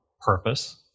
purpose